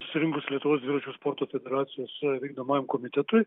susirinkus lietuvos dviračių sporto federacijos vykdomajam komitetui